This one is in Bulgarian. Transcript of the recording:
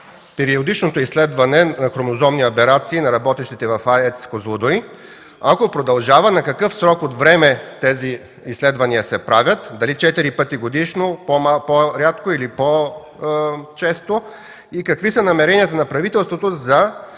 периодичното изследване на хромозомни аберации на работещите в АЕЦ „Козлодуй”? Ако продължава, на какъв срок от време се правят тези изследвания – дали четири пъти годишно, по-рядко, или по-често? Какви са намеренията на правителството за